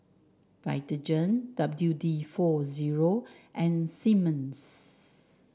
Vitagen W D four zero and Simmons